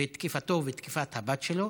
תקיפתו ותקיפת הבת שלו,